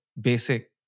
basic